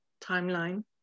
timeline